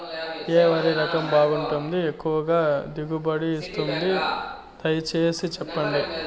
ఏ వరి రకం బాగుంటుంది, ఎక్కువగా దిగుబడి ఇస్తుంది దయసేసి చెప్పండి?